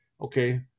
okay